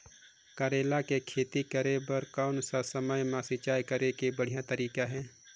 करेला के खेती बार कोन सा समय मां सिंचाई करे के बढ़िया तारीक हे?